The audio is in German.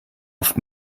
oft